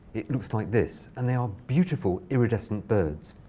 it looks like this. and they are beautiful, iridescent birds.